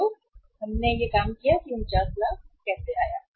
तो यह होगा यह हमने काम किया है कि यह 49 लाख कैसे आया है